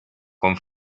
con